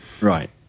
Right